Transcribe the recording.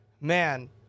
Man